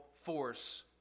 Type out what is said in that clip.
force